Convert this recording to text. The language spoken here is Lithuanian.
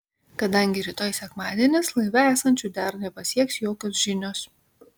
kadangi rytoj sekmadienis laive esančių dar nepasieks jokios žinios